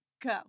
Go